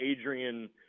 Adrian